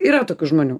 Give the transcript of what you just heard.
yra tokių žmonių